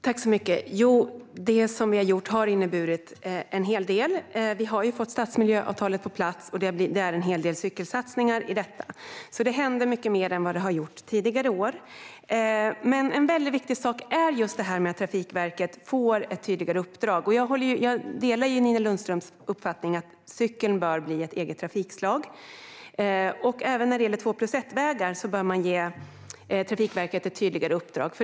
Herr talman! Det vi har gjort har lett till en hel del förändringar. Vi har fått stadsmiljöavtalen på plats, och det finns en hel del cykelsatsningar i dem. Det händer alltså mycket mer än tidigare år. En viktig sak är just att Trafikverket får ett tydligare uppdrag. Jag håller med Nina Lundström om att cykeln bör bli ett eget trafikslag. Även när det gäller två-plus-ett-vägar bör man ge Trafikverket ett tydligare uppdrag.